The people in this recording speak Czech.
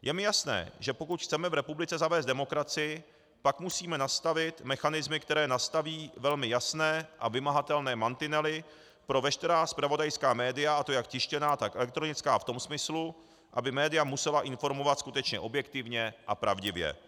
Je mi jasné, že pokud chceme v republice zavést demokracii, pak musíme nastavit mechanismy, které nastaví velmi jasné a vymahatelné mantinely pro veškerá zpravodajská média, a to jak tištěná, tak elektronická, v tom smyslu, aby média musela informovat skutečně objektivně a pravdivě.